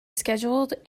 scheduled